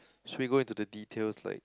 straight go in to the details like